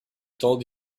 told